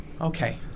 Okay